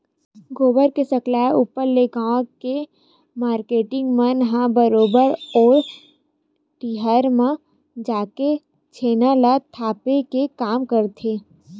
गोबर के सकलाय ऊपर ले गाँव के मारकेटिंग मन ह बरोबर ओ ढिहाँ म जाके छेना ल थोपे के काम करथे